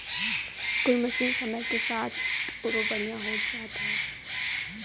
कुल मसीन समय के साथ अउरो बढ़िया होत जात हौ